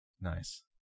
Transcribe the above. Nice